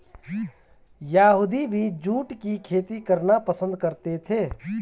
यहूदी भी जूट की खेती करना पसंद करते थे